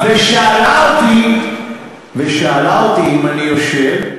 ושאלה אותי, ושאלה אותי אם אני יושב.